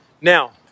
Now